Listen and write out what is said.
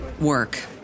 work